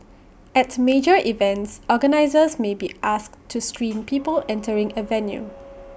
at major events organisers may be asked to screen people entering A venue